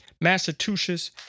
Massachusetts